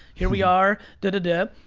here we are, du du du.